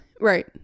Right